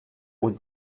would